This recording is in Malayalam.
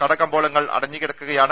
കടകമ്പോളങ്ങൾ അടഞ്ഞുകിടക്കുകയാണ്